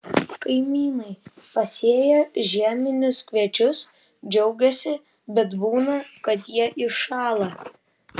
kaimynai pasėję žieminius kviečius džiaugiasi bet būna kad jie iššąla